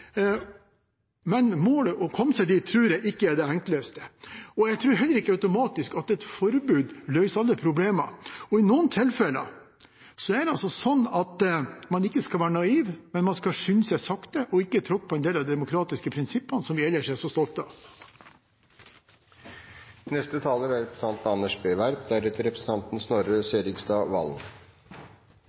automatisk løser alle problemer. I noen tilfeller er det sånn at man ikke skal være naiv, men man skal skynde seg sakte og ikke tråkke på en del av de demokratiske prinsippene som vi ellers er så stolte av. Takk til interpellanten og til statsråden. Interpellanten reiser på en god, systematisk og kunnskapsrik måte en viktig debatt, og statsråden gir et reflektert og godt svar på en viktig samfunnsutfordring. Det er